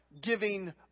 giving